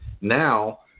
Now –